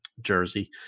jersey